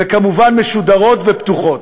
וכמובן משודרות ופתוחות.